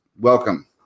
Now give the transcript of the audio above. welcome